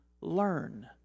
learn